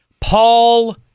Paul